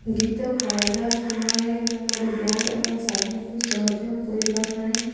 ଗୀତ ଗାଇବା ସମୟରେ ମୁଁ ମୋର ବ୍ୟାଣ୍ଡ ଏବଂ ସାଥିୀଙ୍କୁ ସହଯୋଗ କରିବା ପାଇଁ